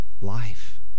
life